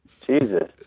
Jesus